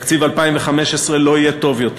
תקציב 2015 לא יהיה טוב יותר.